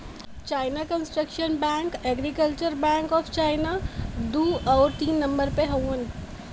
China construction bank, agriculture bank of China दू आउर तीन नम्बर पे हउवन